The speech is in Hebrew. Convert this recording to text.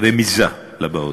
רמיזה לבאות.